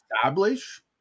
establish